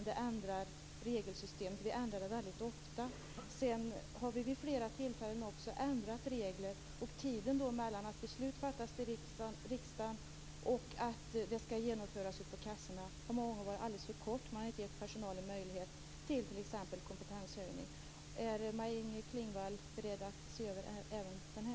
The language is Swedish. De fick i år 200 miljoner och nästa år blir det 225 miljoner varav 200 går till försäkringskassorna och 25 till Riksförsäkringsverket. Det här är för att de skall klara uppgifterna.